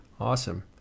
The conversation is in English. Awesome